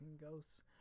ghosts